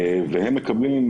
מכובדיי,